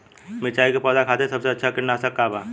मिरचाई के पौधा खातिर सबसे अच्छा कीटनाशक का बा?